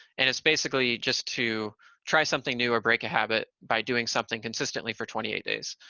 and it's basically just to try something new or break a habit by doing something consistently for twenty eight days.